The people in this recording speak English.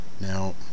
Now